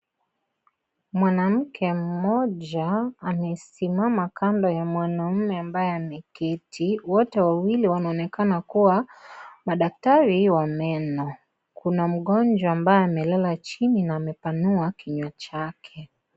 Mwanamke mmoja amesimama kando ya mwanamume ambaye ameketi. Wote wawili wanaonekana kuwa madaktari wa meno. Kuna mgonjwa ambaye amelala chini na amepanua kinywa chake.